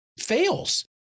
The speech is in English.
fails